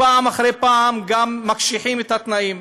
פעם אחר פעם גם מקשיחים את התנאים.